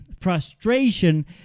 frustration